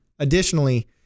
Additionally